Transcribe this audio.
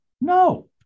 No